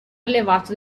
allevato